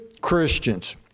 Christians